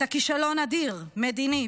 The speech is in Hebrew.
אתה כישלון אדיר: מדיני,